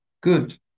good